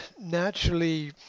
naturally